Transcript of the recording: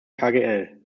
kgl